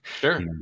Sure